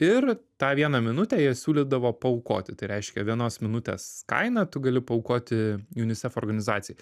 ir tą vieną minutę jie siūlydavo paaukoti tai reiškia vienos minutės kainą tu gali paaukoti unicef organizacijai